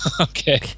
okay